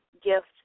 gift